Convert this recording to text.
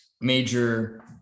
major